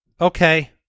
okay